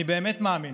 אני באמת מאמין